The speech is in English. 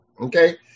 okay